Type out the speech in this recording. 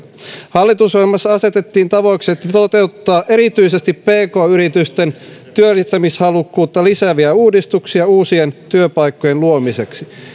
hallitusohjelmassa asetettiin tavoitteeksi toteuttaa erityisesti pk yritysten työllistämishalukkuutta lisääviä uudistuksia uusien työpaikkojen luomiseksi